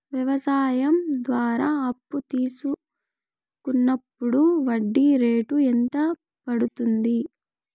వ్యవసాయం ద్వారా అప్పు తీసుకున్నప్పుడు వడ్డీ రేటు ఎంత పడ్తుంది